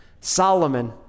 Solomon